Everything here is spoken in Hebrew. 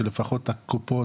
שלפחות הקופות,